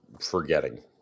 forgetting